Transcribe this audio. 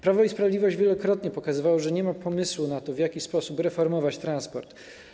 Prawo i Sprawiedliwość wielokrotnie pokazywało, że nie ma pomysłu na to, w jaki sposób reformować transport.